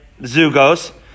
Zugos